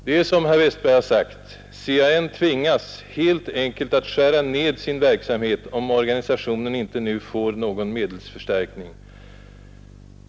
Det är faktiskt som herr Westberg i Ljusdal uttalade: CAN tvingas helt enkelt att skära ned sin verksamhet, om organisationen inte nu får någon medelsförstärkning.